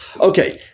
Okay